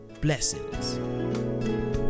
Blessings